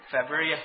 February